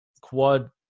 quad